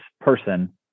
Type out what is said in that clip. person